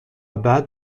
بعد